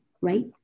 right